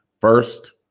first